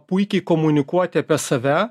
puikiai komunikuoti apie save